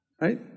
right